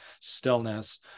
stillness